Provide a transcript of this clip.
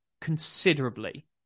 considerably